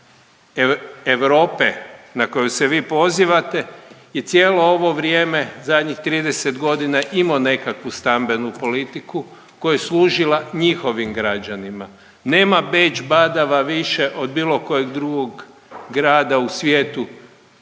dio Europe na koju se vi pozivate i cijelo ovo vrijeme zadnjih 30 godina imao nekakvu stambenu politiku koja je služila njihovim građanima. Nema Beč badava više od bilo kojeg drugog grada u svijetu